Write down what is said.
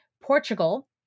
Portugal